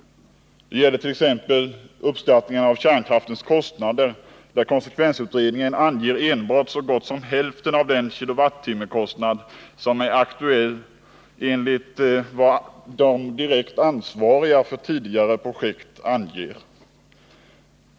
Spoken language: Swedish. Det gäller t.ex. uppskattningarna av kärnkraftens kostnader, där konsekvensutredningen enbart anger en kostnad som praktiskt taget bara är hälften av den kostnad som — enligt vad de för tidigare projekt direkt ansvariga anger — är aktuell.